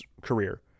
career